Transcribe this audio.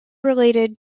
related